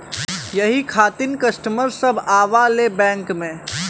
यही खातिन कस्टमर सब आवा ले बैंक मे?